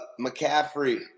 McCaffrey